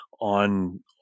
on